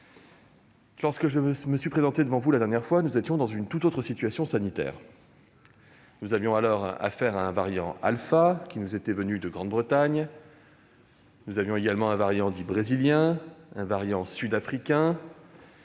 fois que je me suis présenté devant vous, nous nous trouvions dans une tout autre situation sanitaire. Nous étions alors confrontés à un variant alpha, qui nous était venu de Grande-Bretagne, nous connaissions également le variant brésilien, un variant sud-africain